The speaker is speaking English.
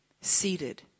Seated